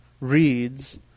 reads